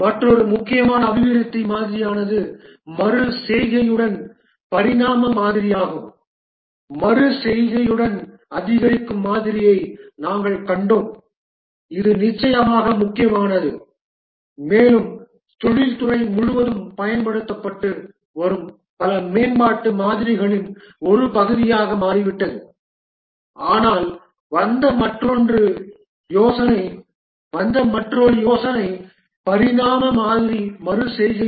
மற்றொரு முக்கியமான அபிவிருத்தி மாதிரியானது மறு செய்கையுடன் பரிணாம மாதிரியாகும் மறு செய்கையுடன் அதிகரிக்கும் மாதிரியை நாங்கள் கண்டோம் இது நிச்சயமாக முக்கியமானது மேலும் தொழில்துறை முழுவதும் பயன்படுத்தப்பட்டு வரும் பல மேம்பாட்டு மாதிரிகளின் ஒரு பகுதியாக மாறிவிட்டது ஆனால் வந்த மற்றொரு யோசனை பரிணாம மாதிரி மறு செய்கையுடன்